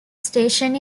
station